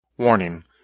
Warning